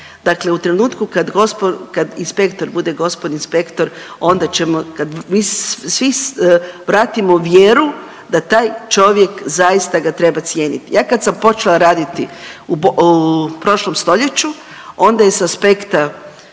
Dakle u trenutku kad gospon, kad inspektor bude gospon inspektor onda ćemo, kad mi svi vratimo vjeru da taj čovjek zaista ga treba cijenit. Ja kad sam počela raditi u prošlom stoljeću onda je sa aspekta